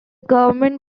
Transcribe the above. government